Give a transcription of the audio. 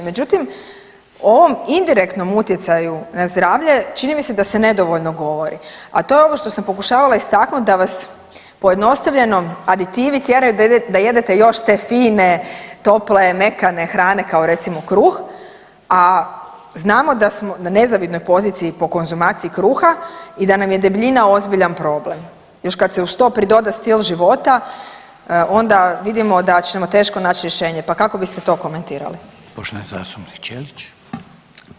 Međutim, ovom indirektnom utjecaju na zdravlje čini mi se da se nedovoljno govori, a to je ovo što sam pokušavala istaknut da vas pojednostavljeno aditivi tjeraju da jedete još te fine tople mekane hrane kao recimo kruh, a znamo da smo na nezavidnoj poziciji po konzumaciji kruha i da nam je debljina ozbiljan problem, još kad se uz to pridoda stil života onda vidimo da ćemo teško nać rješenje, pa kako biste to komentirali?